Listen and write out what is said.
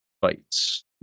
fights